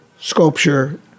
sculpture